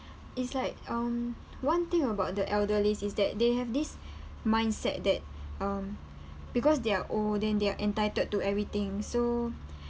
it's like um one thing about the elderly is that they have this mindset that um because they're old then they're entitled to everything so